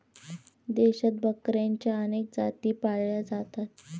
देशात बकऱ्यांच्या अनेक जाती पाळल्या जातात